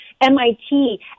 MIT